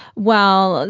well,